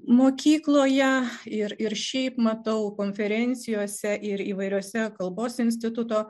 mokykloje ir ir šiaip matau konferencijose ir įvairiose kalbos instituto